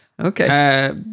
Okay